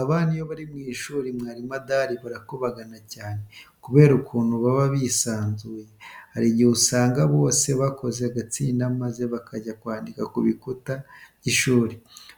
Abana iyo bari mu ishuri mwarimu adahari barakubagana cyane kubera ukuntu baba bisanzuye. Hari igihe usanga bose bakoze agatsinda maze bakajya kwandika ku bikuta by'ishuri,